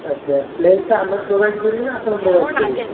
ଆଚ୍ଛା ପ୍ଲେସ୍ଟା ଆମେ ପ୍ରୋଭାଇଡ଼୍ କରିବୁ ନା ଆପଣ ପ୍ରୋଭାଇଡ଼୍ କରିବେ